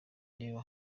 reba